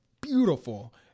beautiful